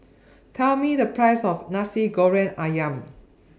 Tell Me The Price of Nasi Goreng Ayam